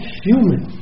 human